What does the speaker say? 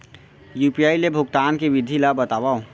UPI ले भुगतान के विधि ला बतावव